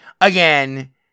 again